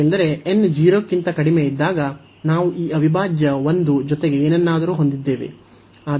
ಏಕೆಂದರೆ n 0 ಕ್ಕಿಂತ ಕಡಿಮೆ ಇದ್ದಾಗ ನಾವು ಈ ಅವಿಭಾಜ್ಯ 1 ಜೊತೆಗೆ ಏನನ್ನಾದರೂ ಹೊಂದಿದ್ದೇವೆ